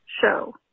show